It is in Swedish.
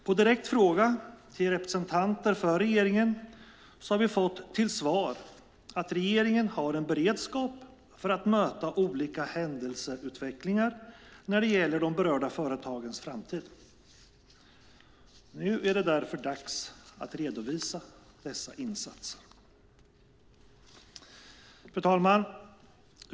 På en direkt fråga till representanter för regeringen har vi fått till svar att regeringen har en beredskap för att möta olika händelseutvecklingar när det gäller de berörda företagens framtid. Nu är det därför dags att redovisa dessa insatser. Fru talman!